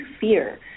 fear